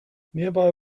nearby